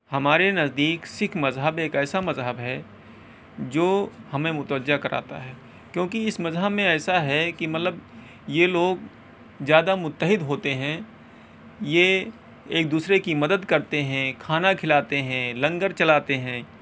ہمارے نزدیک سکھ مذہب ایک ایسا مذہب ہے جو ہمیں متوجہ کراتا ہے کیونکہ اس مذہب میں ایسا ہے کہ مطلب یہ لوگ زیادہ متحد ہوتے ہیں یہ ایک دوسرے کی مدد کرتے ہیں کھانا کھلاتے ہیں لنگر چلاتے ہیں